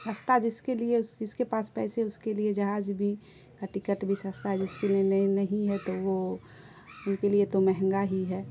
سستا جس کے لیے اس جس کے پاس پیسے اس کے لیے جہاز بھی کا ٹکٹ بھی سستا ہے جس کے لیے نے نہیں ہے تو وہ ان کے لیے تو مہنگا ہی ہے